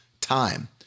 time